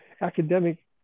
academic